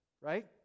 right